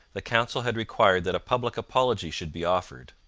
the council had required that a public apology should be offered.